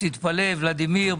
תתפלא ולדימיר,